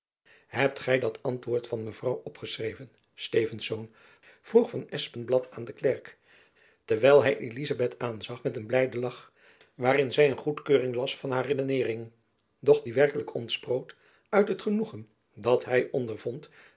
hebt gy dat antwoord van mevrouw opgeschreven stevensz vroeg van espenblad aan de klerk terwijl hy elizabeth aanzag met een blijden lach waarin zy een goedkeuring las van haar redeneering doch die werkelijk ontsproot uit het genoegen dat hy ondervond